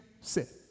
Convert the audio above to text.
sit